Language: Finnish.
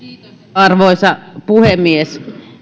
arvoisa puhemies